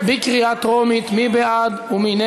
זה לא מתאים,